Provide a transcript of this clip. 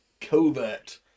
covert